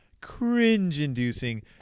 cringe-inducing